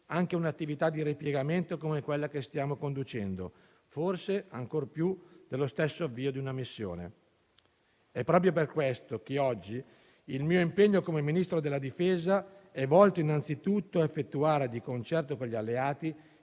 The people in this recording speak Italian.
anche un'attività di ripiegamento come quella che stiamo conducendo, forse ancor più dello stesso avvio di una missione. È proprio per questo che oggi il mio impegno come Ministro della difesa è volto innanzitutto a effettuare, di concerto con gli alleati,